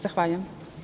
Zahvaljujem.